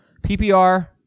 PPR